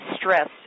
stress